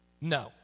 No